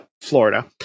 Florida